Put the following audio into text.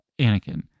Anakin